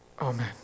Amen